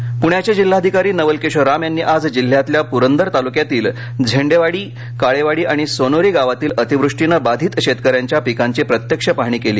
राम प्रण्याचे जिल्हाधिकारी नवल किशोर राम यांनी आज जिल्ह्यातल्या प्रंदर तालुक्यातील झेंडेवाडी वाङीकाळेवाडी आणि सोनोरी गावातील अतिवृष्टीने बाधित शेतकऱ्यांच्या पिकांची प्रत्यक्ष पाहणी केली